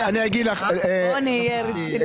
אני אגיד לך, חנה.